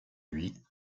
lui